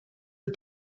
are